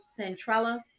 Centrella